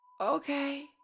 Okay